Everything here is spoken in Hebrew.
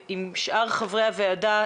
עם שאר חברי הוועדה,